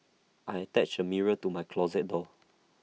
I attached A mirror to my closet door